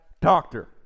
doctor